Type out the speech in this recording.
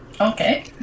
Okay